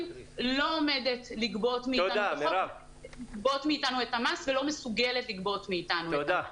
לא עומדת לגבות מאתנו את המס ולא מסוגלת לגבות מאתנו את המס.